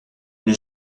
n’ai